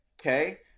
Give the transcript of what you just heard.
Okay